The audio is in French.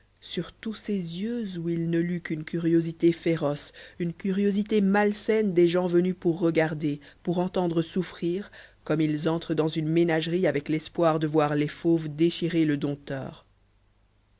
sur tous ces yeux où il ne lut qu'une curiosité féroce une curiosité malsaine des gens venus pour regarder pour entendre souffrir comme ils entrent dans une ménagerie avec l'espoir de voir les fauves déchirer le dompteur